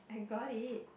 I got it